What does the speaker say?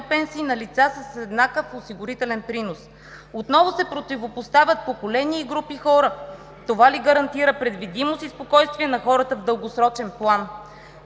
пенсии на лица с еднакъв осигурителен принос. Отново се противопоставят поколения и групи хора. Това ли гарантира предвидимост и спокойствие на хората в дългосрочен план?